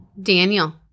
Daniel